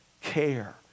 care